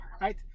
right